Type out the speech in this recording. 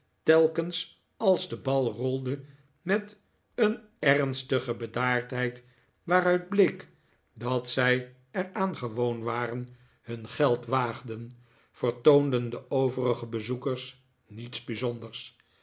telkens als de bal rolde me t een ernstige bedaardheid waaruit bleek dat zij er aan gewoon waren hun geld waagden vertoonden de overige bezoekers niets bijzonders